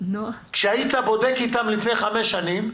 כשהיית בודק איתם לפני חמש שנים,